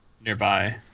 nearby